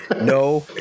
no